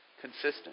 consistent